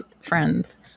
friends